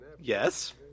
Yes